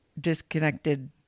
disconnected